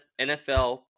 NFL